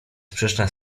sprzeczna